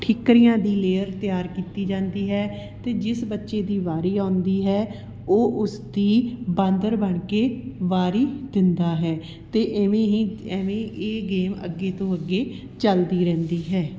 ਠੀਕਰੀਆਂ ਦੀ ਲੇਅਰ ਤਿਆਰ ਕੀਤੀ ਜਾਂਦੀ ਹੈ ਅਤੇ ਜਿਸ ਬੱਚੇ ਦੀ ਵਾਰੀ ਆਉਂਦੀ ਹੈ ਉਹ ਉਸ ਦੀ ਬਾਂਦਰ ਬਣ ਕੇ ਵਾਰੀ ਦਿੰਦਾ ਹੈ ਅਤੇ ਇਵੇਂ ਹੀ ਐਵੇਂ ਇਹ ਗੇਮ ਅੱਗੇ ਤੋਂ ਅੱਗੇ ਚਲਦੀ ਰਹਿੰਦੀ ਹੈ